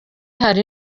hari